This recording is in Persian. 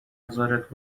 مزارت